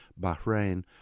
Bahrain